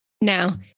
now